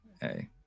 hey